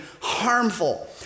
harmful